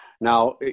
Now